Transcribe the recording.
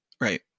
right